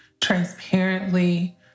transparently